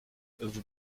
vous